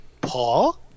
Paul